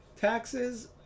taxes